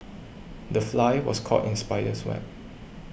the fly was caught in spider's web